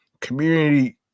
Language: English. Community